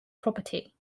property